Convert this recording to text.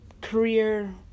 career